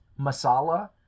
Masala